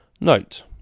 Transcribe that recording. Note